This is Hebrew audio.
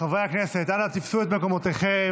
חברי הכנסת, אנא תפסו את מקומותיכם.